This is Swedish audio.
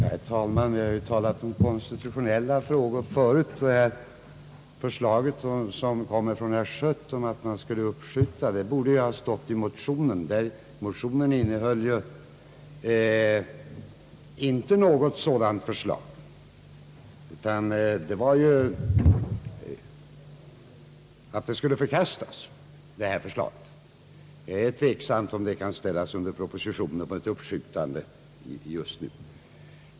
Herr talman! Det har förut talats om konstitutionella frågor. Förslaget från herr Schött om uppskjutande av beslutet borde ha stått i motionen. Men denna innehöll inget sådant förslag utan gick ut på att denna grundlagsändring skulle förkastas. Det är tveksamt om uppskovsförslaget kan ställas under proposition.